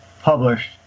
published